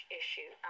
issue